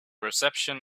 reception